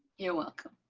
you're welcome.